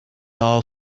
all